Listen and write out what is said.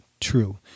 true